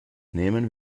nehmen